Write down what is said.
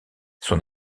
son